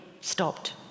stopped